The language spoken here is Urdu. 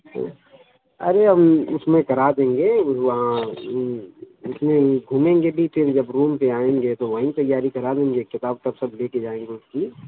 تو ارے اب اس میں کرا دیں گے وہاں اس میں ہی گھومیں گے بھی پھر جب گھوم کے آئیں گے تو وہیں تیاری کرا دیں گے کتاب وتاب سب لے کے جائیں گے اس کی